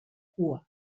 cua